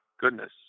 goodness